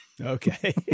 Okay